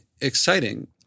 exciting